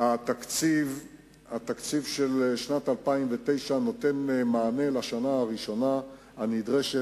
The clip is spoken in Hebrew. התקציב של שנת 2009 נותן מענה לשנה הראשונה הנדרשת.